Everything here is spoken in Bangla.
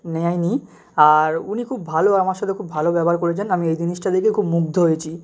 নেয় নি আর উনি খুব ভালো আর আমার সাথে খুব ভালো ব্যবহার করেছেন আমি এই জিনিসটা দেখে খুব মুগ্ধ হয়েছি